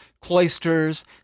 cloisters